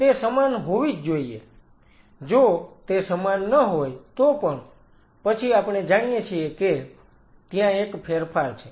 તે સમાન હોવી જ જોઈએ જો તે સમાન ન હોય તો પણ પછી આપણે જાણીએ છીએ કે ત્યાં એક ફેરફાર છે